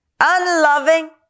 unloving